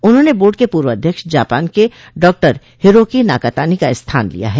उन्होंने बोड के पूर्व अध्यक्ष जापान के डॉक्टर हिरोकी नाकातानी का स्थान लिया है